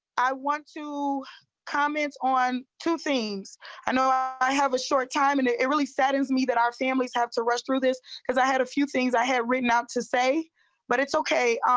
i want to comment on two things i know i i have a short time and it really saddens me that our families have to rush through this because i had a few things i had rain not to say but it's okay.